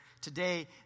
today